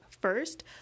first